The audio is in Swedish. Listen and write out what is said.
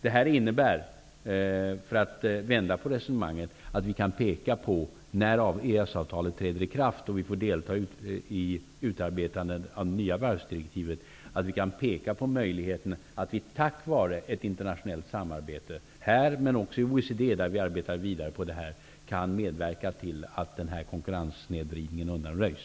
Det här innebär -- för att vända på resonemanget -- att vi, när EES-avtalet träder i kraft och vi får delta i utarbetandet av det nya varvsdirektivet, tack vare ett internationellt samarbete -- inom ramen för EES men också inom OECD, där vi arbetar vidare på det här -- kan medverka till att denna konkurrenssnedvridning undanröjs.